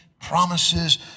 Promises